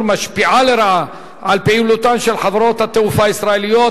משפיעה לרעה על פעילותן של חברות התעופה הישראליות,